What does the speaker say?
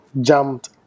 jumped